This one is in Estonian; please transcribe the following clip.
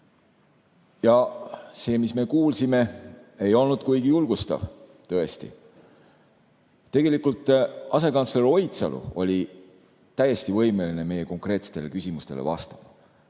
Ja see, mis me kuulsime, ei olnud kuigi julgustav tõesti. Tegelikult asekantsler Oidsalu oli täiesti võimeline meie konkreetsetele küsimustele vastama. Mina